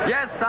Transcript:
Yes